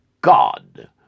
God